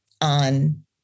on